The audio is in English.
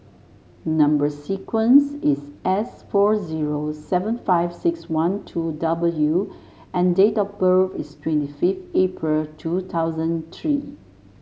number sequence is S four zero seven five six one two W and date of birth is twenty five April two thousand three